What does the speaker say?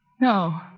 No